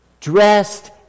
Dressed